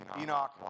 Enoch